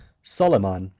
soliman,